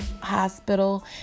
hospital